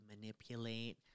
manipulate